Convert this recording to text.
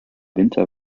winter